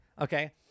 Okay